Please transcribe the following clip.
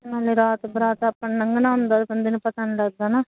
ਨਾਲ ਰਾਤ ਬਰਾਤ ਆਪਾਂ ਨੇ ਲੰਘਣਾ ਹੁੰਦਾ ਤਾਂ ਬੰਦੇ ਨੂੰ ਪਤਾ ਨਹੀਂ ਲੱਗਦਾ ਨਾ